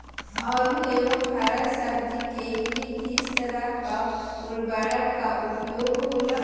आलू एवं हरा सब्जी के लिए किस तरह का उर्वरक का उपयोग होला?